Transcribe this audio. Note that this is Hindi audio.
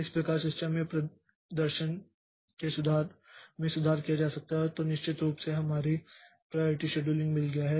इस प्रकार सिस्टम प्रदर्शन में सुधार किया जा सकता है तो निश्चित रूप से हमें प्राइयारिटी शेड्यूलिंग मिल गया है